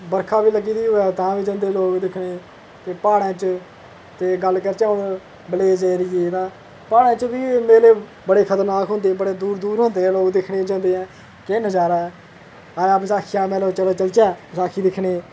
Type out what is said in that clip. बरखा बी लग्गी दी होऐ तां बी जंदे लोग दिक्खनें ई ते प्हाड़ें च ते गल्ल करचै ते विलेज एरिये दी तां प्हाड़ें च बी मेले बड़े खतरनाक होंदे बड़े दूर दूर होंदे ते लोग दिक्खने गी जंदे ऐ केह् नजारा ऐ बसाखी दा मेला चलो चलचै बसाखी दिक्खने ई